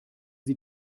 sie